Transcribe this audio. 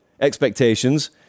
expectations